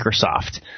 Microsoft